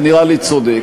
זה נראה לי צודק.